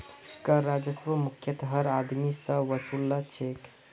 कर राजस्वक मुख्यतयः हर आदमी स वसू ल छेक